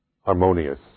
harmonious